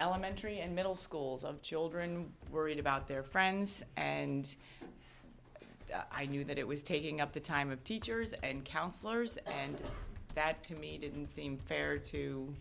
elementary and middle schools of children worried about their friends and i knew that it was taking up the time of teachers and counselors and that to me didn't seem fair to